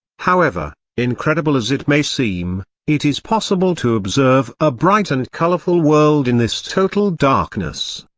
however, incredible as it may seem, it is possible to observe a bright and colorful world in this total darkness.